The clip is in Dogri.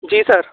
जी सर